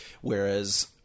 Whereas